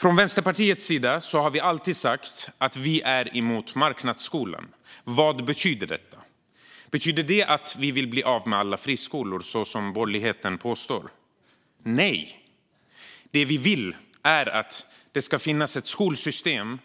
Från Vänsterpartiets sida har vi alltid sagt att vi är emot marknadsskolan. Vad betyder detta? Betyder det att vi vill bli av med alla friskolor, så som borgerligheten påstår? Nej, det vi vill är att det ska finnas ett skolsystem